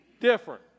different